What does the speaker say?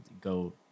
go